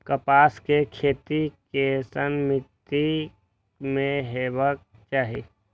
कपास के खेती केसन मीट्टी में हेबाक चाही?